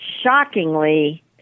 shockingly